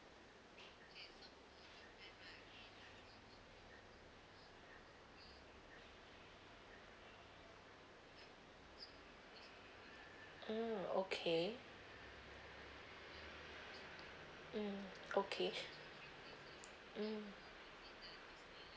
mm okay mm okay mm